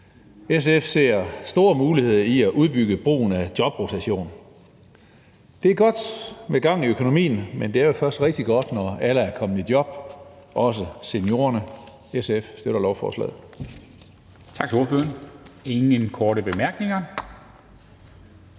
SF ser store muligheder i at udbygge brugen af jobrotation. Det er godt med gang i økonomien, men det er jo først rigtig godt, når alle er kommet i job, også seniorerne. SF støtter lovforslaget.